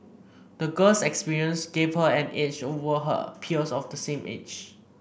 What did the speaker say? the girl's experience gave her an edge over her peers of the same age